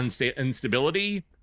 instability